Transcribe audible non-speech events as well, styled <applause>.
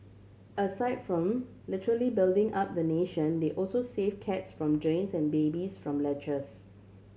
aside <unintelligible> literally building up the nation they also save cats from drains and babies from ledges